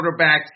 quarterbacks